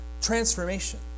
transformation